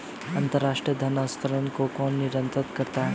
अंतर्राष्ट्रीय धन हस्तांतरण को कौन नियंत्रित करता है?